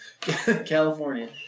california